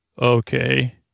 Okay